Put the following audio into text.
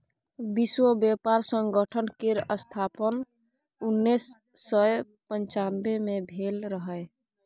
विश्व बेपार संगठन केर स्थापन उन्नैस सय पनचानबे मे भेल रहय